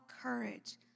courage